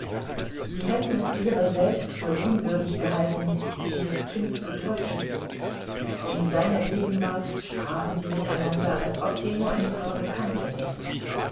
sie hätten es ihrer selbst für unwürdig gehalten dieses kind zu täuschen in seiner gegenwart sprachen sie miteinander als ob sie nur ein paar bekannte wären